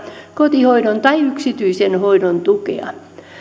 kotihoidon tai yksityisen hoidon tukea tarjolla